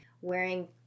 wearing